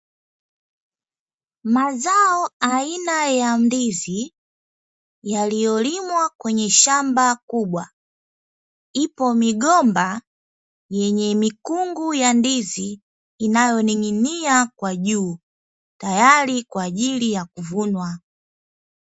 Mazao aina ya ndizi yaliyolimwa kwenye shamba kubwa, ipo migomba yenye mikungu ya ndizi inayoning'inia kwa juu, tayari kwa ajili ya kuvunwa.